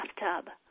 bathtub